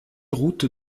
route